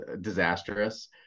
disastrous